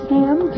Sam